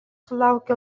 sulaukė